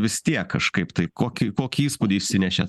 vis tiek kažkaip tai kokį kokį įspūdį išsinešė